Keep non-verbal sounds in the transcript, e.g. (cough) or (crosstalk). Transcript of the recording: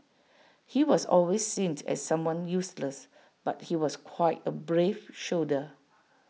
he was always seen (noise) as someone useless but he was quite A brave soldier